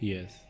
Yes